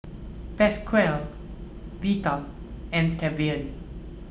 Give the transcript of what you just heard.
Pasquale Vita and Tavian